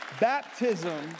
Baptism